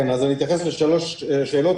אני אתייחס לשלוש שאלות.